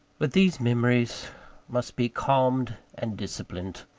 but these memories must be calmed and disciplined.